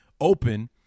open